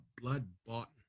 blood-bought